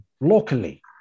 locally